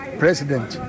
president